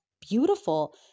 beautiful